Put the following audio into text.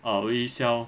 ah we~ sell